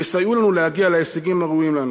יסייעו לנו להגיע להישגים הראויים לנו.